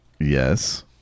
Yes